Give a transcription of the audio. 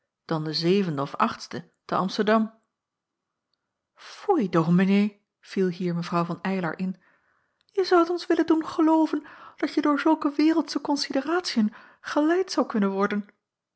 dan de zevende of achtste te amsterdam foei dominee viel hier mw van eylar in je zoudt ons willen doen gelooven dat je door zulke wereldsche konsideratiën geleid zoudt kunnen worden